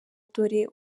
dore